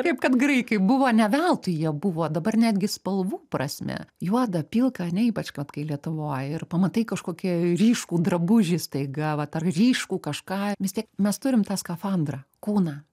kaip kad graikai buvo ne veltui jie buvo dabar netgi spalvų prasme juoda pilka ane ypač vat kai lietuvoj ir pamatai kažkokį ryškų drabužį staiga vat ar ryškų kažką vis tiek mes turim tą skafandrą kūną